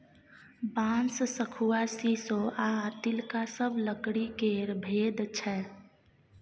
बांस, शखुआ, शीशो आ तिलका सब लकड़ी केर भेद छै